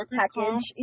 package